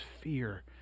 fear